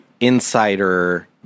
insider